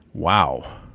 wow.